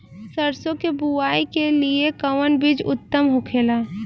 सरसो के बुआई के लिए कवन बिज उत्तम होखेला?